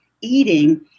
eating